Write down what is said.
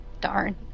Darn